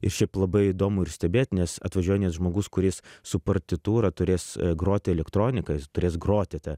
ir šiaip labai įdomu ir stebėt nes atvažiuoja net žmogus kuris su partitūra turės groti elektroniką jis turės groti tą